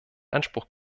anspruch